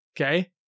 Okay